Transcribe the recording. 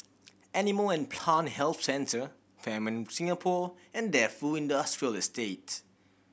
Animal and Plant Health Centre Fairmont Singapore and Defu Industrial Estate